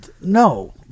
No